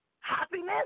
happiness